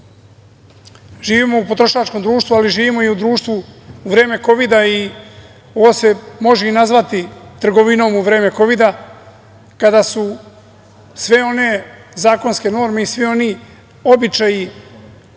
pravdu. Živimo u potrošačkom društvu, ali živimo i u društvu u vreme Kovida i ovo se može i nazvati trgovinom u vreme Kovida kada su sve one zakonske norme i svi oni običaji